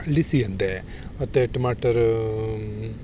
लिस्सी जंदा ऐ अते टमाटर